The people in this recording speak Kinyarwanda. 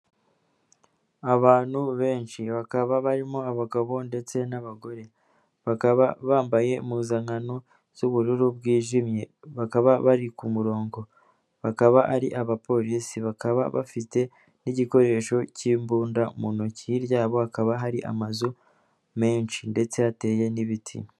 Abantu benshi bakaba barimo abagabo ndetse n'abagore bakaba bambaye impuzankano z'ubururu bwijimye bakaba bari ku murongo bakaba ari abapolisi bakaba bafite n'igikoresho cy'imbunda mu ntoki ryabo hakaba hari amazu menshi ndetse yateye n'ibiti.